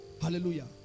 Hallelujah